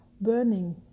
Burning